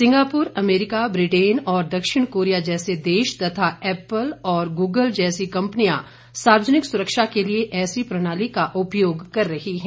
Singapore America Britain और दक्षिण Korea जैसे देश तथा ऐप्पल और गूगल जैसी कंपनियां सार्वजनिक सुरक्षा के लिए ऐसी प्रणाली का उपयोग कर रही हैं